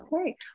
Okay